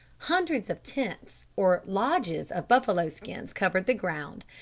hundreds of tents or lodges of buffalo skins covered the ground,